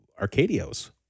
Arcadios